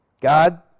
God